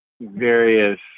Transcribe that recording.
various